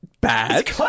bad